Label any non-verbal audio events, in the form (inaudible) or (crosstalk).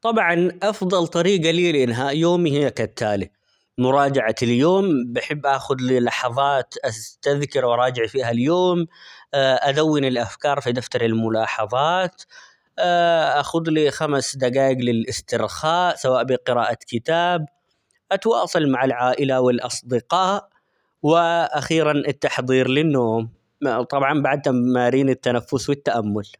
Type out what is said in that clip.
طبعًا أفضل طريقة لي لإنهاء يومي هي كالتالي، مراجعة اليوم بحب آخد لي لحظات استذكر ، وأراجع فيها اليوم (hesitation) ادون الافكار في دفتر الملاحظات (hesitation) اخذ لي خمس دقايق للاسترخاء سواء بقراءة كتاب، أتواصل مع العائلة ،والأصدقاء وأخيرًا التحضير للنوم ، طبعا بعد -تمم- تمارين التنفس والتأمل.